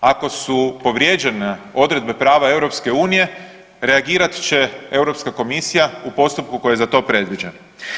Ako su povrijeđene odredbe prava EU reagirat će Europska komisija u postupku koji je za to predviđen.